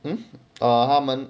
mmhmm ah 他们